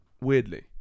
Weirdly